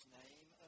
name